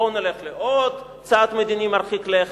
בואו נלך לעוד צעד מדיני מרחיק לכת,